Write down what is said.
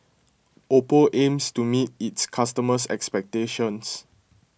Oppo aims to meet its customers' expectations